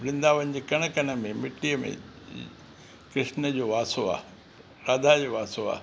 वृंदावन जे कण कण में मिटीअ में कृष्ण जो वासो आहे राधा जो वासो आहे